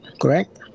correct